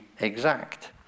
exact